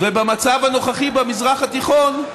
ובמצב הנוכחי במזרח התיכון,